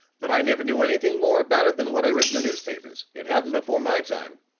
but i never knew anything more about it than what i read in the newspapers. it happened before my time.